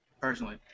personally